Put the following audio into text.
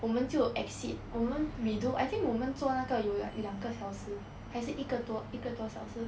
我们就 exceed 我们 redo I think 我们做那个有 like 两个小时还是一个多一个多小时